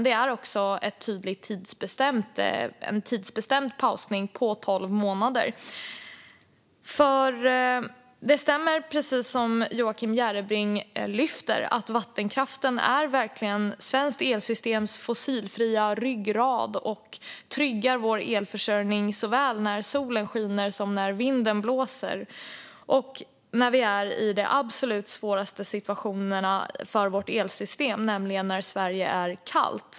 Det är en tydligt tidsbestämd pausning på tolv månader. Det stämmer precis som Joakim Järrebring lyfter fram att vattenkraften verkligen är svenskt elsystem fossilfria ryggrad. Den tryggar vår elförsörjning såväl när solen skiner som när vinden blåser och när vi är i de absolut svåraste situationerna för vårt elsystem, nämligen när Sverige är kallt.